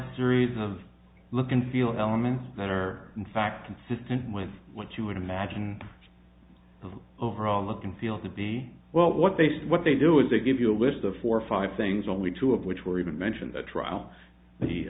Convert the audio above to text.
series of look and feel elements that are in fact consistent with what you imagine the overall look and feel to be well what they say what they do is they give you a list of four or five things only two of which were even mentioned the trial th